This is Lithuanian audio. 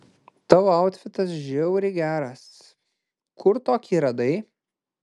tavo autfitas žiauriai geras kur tokį radai